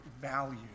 value